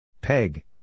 Peg